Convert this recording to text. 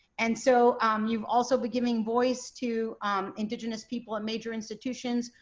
and so you've also been giving voice to indigenous people in major institutions,